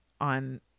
on